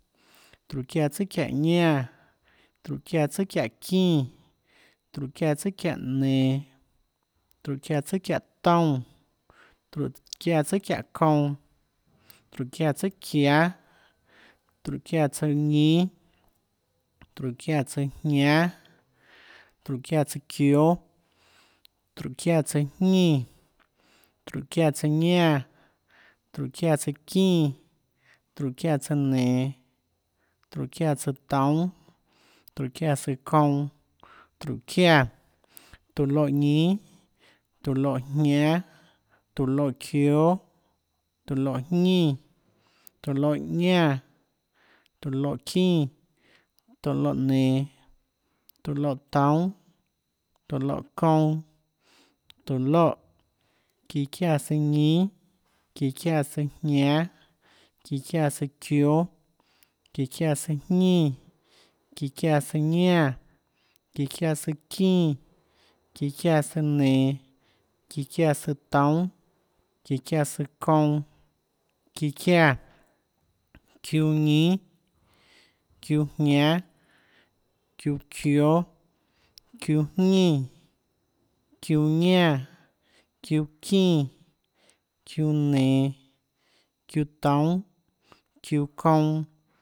Tróhå çiáã tsùâ çiáhå ñánã. tróhå çiáã tsùâ çiáhå çínã. tróhå çiáã tsùâ çiáhå nenå, tróhå çiáã tsùâ çiáhå toúnâ. tróhå çiáã tsùâ çiáhå kounã. tróhå çiáã tsùâ çiáâ. tróhå çiáã tsùâ ñínâ. tróhå çiáã tsùâ jñánâ, tróhå çiáã tsùâ çióâ, tróhå çiáã tsùâjñínã, tróhå çiáã tsùâ ñánã. tróhå çiáã tsùâ çínã. tróhå çiáã tsùâ nenå. tróhå çiáã tsùâ toúnâ. tróhå çiáã tsùâ kounã, tróhå çiáã. tóå loè ñínâ, tóå loè jñánâ, tóå loè çióâ. tóå loè jñínã. tóå loè ñánã, tóå loè çínã, tóå loè nenå. tóå loè toúnâ. tóå loè kounã. tóå loè, çíã çiáã tsùâ ñínâ, çiáã tsùâjñánâ, çíã çiáã tsùâ çióâ, çíã çiáã tsùâ jñínã, çíã çiáã tsùâ ñánã, çíã çiáã tsùâ çínã, çíã çiáã tsùâ nenå, çíã çiáã tsùâ toúnâ, çíã çiáã tsùâ kounã, çíã çiáã, çiúã ñínâ, çiúã jñánâ, çiúã çioè, çiúã jñínã, çiúã ñánã, çiúã çínã, çiúã nenå, çiúã toúnâ, çiúã kounã